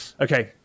Okay